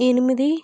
ఎనిమిది